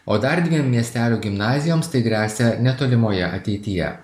o dar dviem miestelių gimnazijoms tai gresia netolimoje ateityje